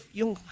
yung